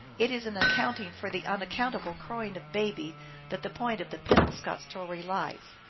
it is in accounting for the unaccountable crowing of baby that the point of the penob scot story lies.